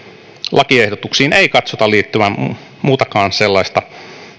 lakiehdotuksiin ei katsota liittyvän muutakaan sellaista